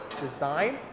design